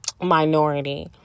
minority